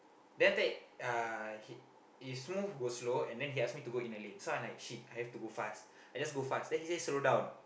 then after that uh is smooth go slow and then he ask me go inner lane so I'm like shit I have to go fast I just go fast then he say slow down